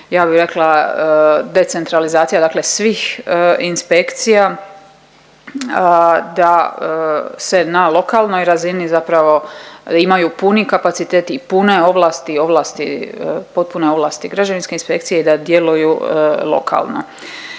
Ja bi rekla decentralizacija dakle svih inspekcija da se na lokalnoj razini zapravo, imaju puni kapaciteti i pune ovlasti, ovlasti, potpune ovlasti građevinske inspekcije i da djeluju lokalno.